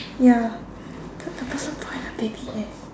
ya the the person point at the baby eh